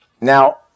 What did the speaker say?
Now